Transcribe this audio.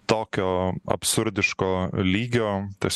tokio absurdiško lygio tas